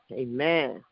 amen